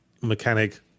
mechanic